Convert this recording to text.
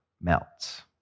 melts